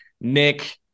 Nick